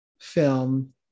film